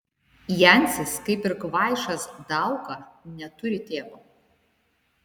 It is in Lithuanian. jancis kaip ir kvaišas dauka neturi tėvo